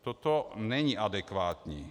Toto není adekvátní.